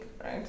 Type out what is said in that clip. right